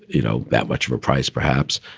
you know, that much of a price, perhaps.